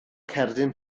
cerdyn